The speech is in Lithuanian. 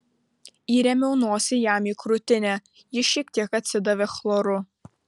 įrėmiau nosį jam į krūtinę ji šiek tiek atsidavė chloru